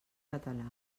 català